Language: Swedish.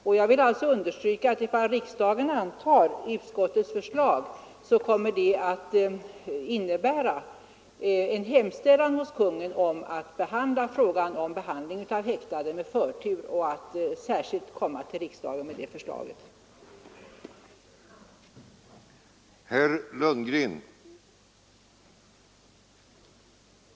Om riksdagen antar utskottets förslag, kommer detta att innebära en hemställan hos Konungen om att med förtur ta upp frågan om behandlingen av häktade och att komma till riksdagen med ett särskilt förslag.